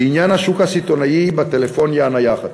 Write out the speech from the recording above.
לעניין השוק הסיטונאי בטלפוניה הנייחת,